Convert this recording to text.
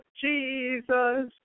Jesus